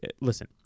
listen